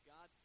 God